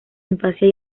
infancia